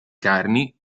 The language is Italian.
carni